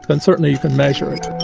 and certainly you can measure it.